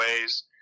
ways